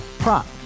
Prop